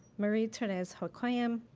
marie-therese hokayem,